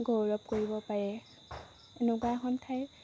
গৌৰৱ কৰিব পাৰে এনেকুৱা এখন ঠাই